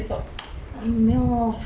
我没有我不知道